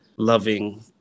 loving